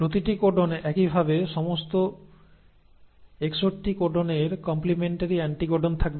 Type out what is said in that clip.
প্রতিটি কোডন একইভাবে সমস্ত 61 কোডনের কম্প্লিমেন্টারি অ্যান্টিকোডন থাকবে